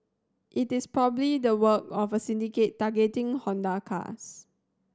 it is probably the work of a syndicate targeting Honda cars